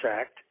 act